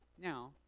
Now